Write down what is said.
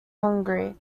hungry